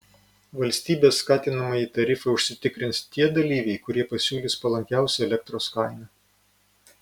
valstybės skatinamąjį tarifą užsitikrins tie dalyviai kurie pasiūlys palankiausią elektros kainą